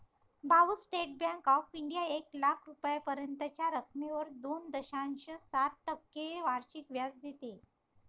भाऊ, state bank of India एक लाख रुपयांपर्यंतच्या रकमेवर दोन दशांश सात टक्के वार्षिक व्याज देते